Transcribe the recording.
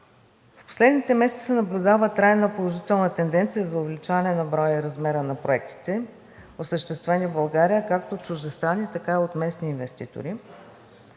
В последните месеци се наблюдава трайна положителна тенденция за увеличаване на броя и размера на проектите, осъществени в България както от чуждестранни, така и от местни инвеститори.